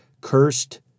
Cursed